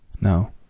No